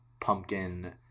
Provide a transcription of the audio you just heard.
pumpkin